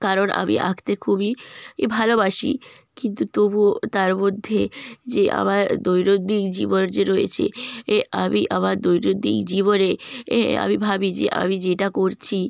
কারণ আমি আঁকতে খুবই ভালোবাসি কিন্তু তবুও তার মধ্যে যে আমার দৈনন্দিন জীবন যে রয়েছে এ আমি আমার দৈনন্দিন জীবনে এ আমি ভাবি যে আমি যেটা করছি